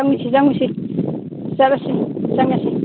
ꯆꯪꯂꯨꯁꯤ ꯆꯪꯂꯨꯁꯤ ꯆꯠꯂꯁꯤ ꯆꯪꯂꯁꯤ